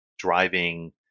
driving